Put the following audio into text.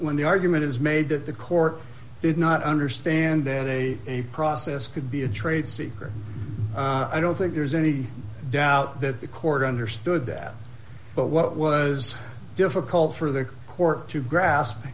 when the argument is made that the court did not understand that a process could be a trade secret i don't think there's any doubt that the court understood that but what was difficult for the court to grasp